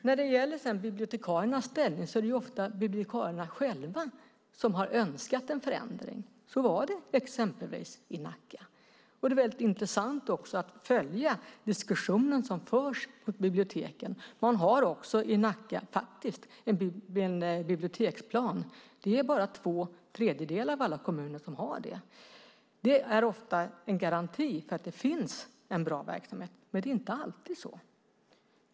När det gäller bibliotekariernas ställning är det ofta bibliotekarierna själva som har önskat en förändring. Så var det exempelvis i Nacka. Det är intressant att följa den diskussion som förs på biblioteken. I Nacka har man dessutom en biblioteksplan. Det är bara två tredjedelar av alla kommuner som har det. Det är ofta en garanti för att det finns en bra verksamhet, men inte alltid.